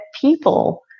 people